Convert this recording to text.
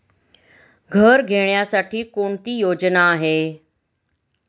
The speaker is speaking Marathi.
घर घेण्यासाठी कोणती योजना आहे?